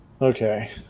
Okay